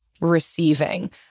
receiving